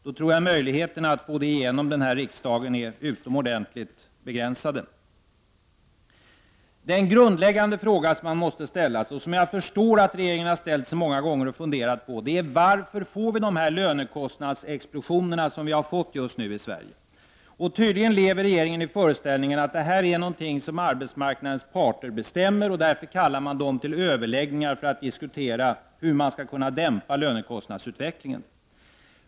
Då tror jag att möjligheterna att få igenom det i riksdagen är utomordentligt begränsade. Den grundläggande fråga som man måste ställa sig, och som jag förstår att regeringen många gånger har ställt sig, är: Varför får vi de här lönekostnadsexplosionerna som vi just nu har i Sverige? Regeringen lever tydligen i föreställningen att detta är något som arbetsmarknadens parter bestämmer. Därför kallar man dem till överläggningar för att diskutera hur man skall kunna dämpa lönekostnadsutvecklingen.